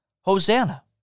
Hosanna